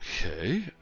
Okay